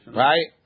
right